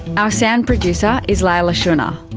our sound producer is leila shunnar,